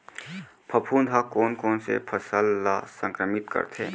फफूंद ह कोन कोन से फसल ल संक्रमित करथे?